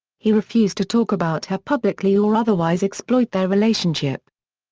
he refused to talk about her publicly or otherwise exploit their relationship.